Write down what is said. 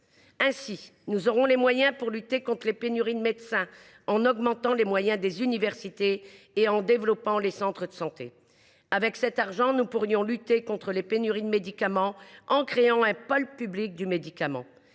Ainsi, nous aurons les moyens de lutter contre les pénuries de médecins, tout en augmentant ceux des universités et en développant les centres de santé. Avec cet argent, nous pourrions lutter contre les pénuries de médicaments, en créant un pôle public du médicament.